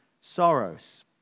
sorrows